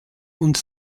und